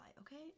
Okay